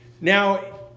Now